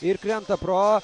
ir krenta pro